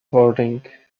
boarding